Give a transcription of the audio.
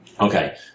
okay